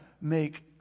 make